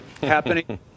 Happening